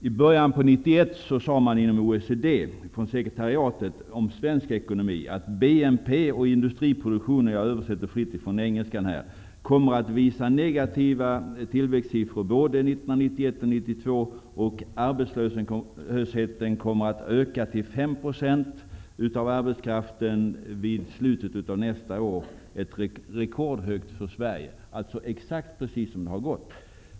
I början av 1991 sade man inom OECD:s sekretariat om svensk ekonomi -- jag översätter fritt från engelska -- att: ''BNP och industriproduktion kommer att visa negativa tillväxtsiffror både 1991 och 1992 och arbetslösheten kommer att öka till 5 % av arbetskraften vid slutet av nästa år. Rekordhögt för Sverige.'' Det är alltså precis så det har gått.